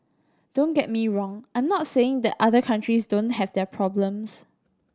don't get me wrong I'm not saying that other countries don't have their problems